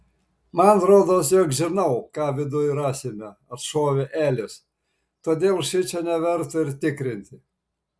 man rodos jog žinau ką viduj rasime atšovė elis todėl šičia neverta ir tikrinti